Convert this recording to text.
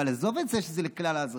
אבל עזוב את זה שזה לכלל האזרחים.